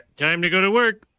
time to go to work.